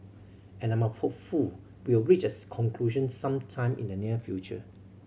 and I'm hopeful we will reach conclusion some time in the near future